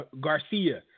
Garcia